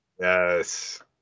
Yes